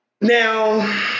Now